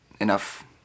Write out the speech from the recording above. enough